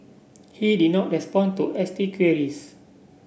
he did not respond to S T queries